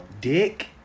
dick